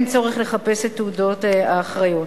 לחפש את תעודות האחריות.